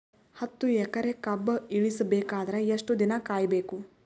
ಹತ್ತು ಎಕರೆ ಕಬ್ಬ ಇಳಿಸ ಬೇಕಾದರ ಎಷ್ಟು ದಿನ ಕಾಯಿ ಬೇಕು?